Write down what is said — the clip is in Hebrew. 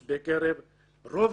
אבל עזוב, אני לא רוצה להיכנס לזה כרגע.